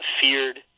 feared